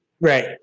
Right